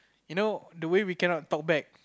you know the way we cannot talk back